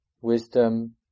wisdom